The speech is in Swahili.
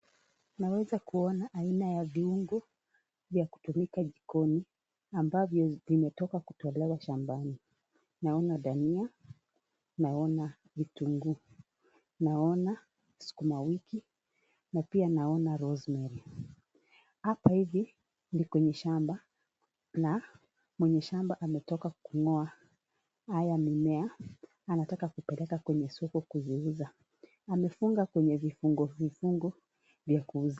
Naweza kuona aina ya viungo vya kutumika jikoni ambavyo vimetoka kutolewa shambani. Naona dania, naona vitunguu, naona sukuma wiki na pia naona rosemary . Hapa hivi ni kwenye shamba na mwenye shamba ametoka kung'oa haya mimea anataka kupeleka kwenye soko kuziuza. Amefunga kwenye vifungo vifungo vya kuuza.